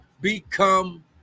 become